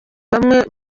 bamwe